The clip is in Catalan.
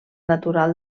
natural